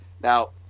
Now